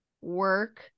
work